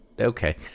okay